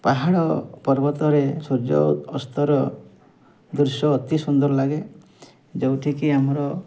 ପାହାଡ଼ ପର୍ବତରେ ସୂର୍ଯ୍ୟ ଅସ୍ତର ଦୃଶ୍ୟ ଅତି ସୁନ୍ଦର ଲାଗେ ଯେଉଁଠି କି ଆମର